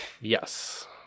Yes